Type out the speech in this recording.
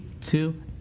two